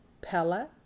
Pella